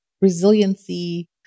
Resiliency